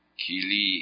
kili